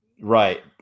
Right